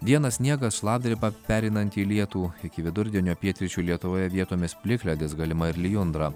dieną sniegas šlapdriba pereinanti į lietų iki vidurdienio pietryčių lietuvoje vietomis plikledis galima ir lijundra